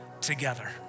together